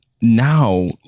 now